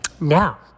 now